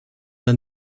dann